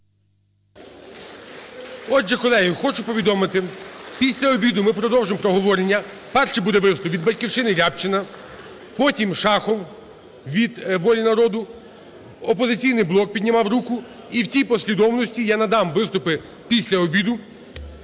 Отже, колеги, хочу повідомити, після обіду ми продовжимо проговорення. Першим буде виступ від "Батьківщини" Рябчина, потім – Шахов від "Волі народу", "Опозиційний блок" піднімав руку. І в тій послідовності я надам виступи після обіду.